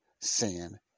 sin